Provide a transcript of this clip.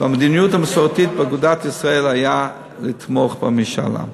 המדיניות המסורתית באגודת ישראל הייתה לתמוך במשאל עם.